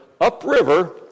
Upriver